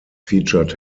featured